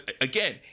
again